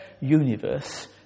universe